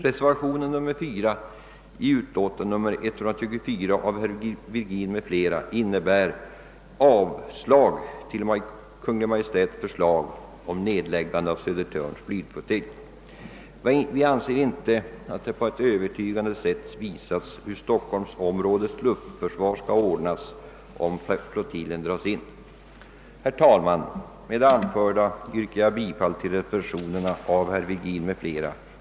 Reservationen 4 a av herr Virgin m.fl. vid utlåtande nr 124 innebär avslag på Kungl. Maj:ts förslag om nedläggande av Södertörns flygflottilj. Vi anser icke att det på ett övertygande sätt visats hur stockholmsområdets luftförsvar skall ordnas om flottiljen dras in. Herr talman! Med det anförda yrkar jag bifall till reservationerna av herr Virgin 'm.fl.